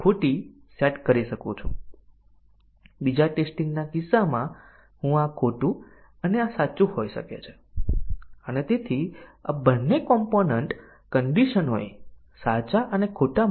તેથી ચાલો હું ફક્ત બે ટેસ્ટીંગ કેસ કરું વૈકલ્પિક ટેસ્ટીંગ કેસો 15 અને 60 a 15 અને b 60 છે અને બીજો ટેસ્ટ કેસ a 5 છે અને b 30 છે